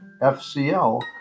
FCL